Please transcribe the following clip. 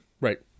Right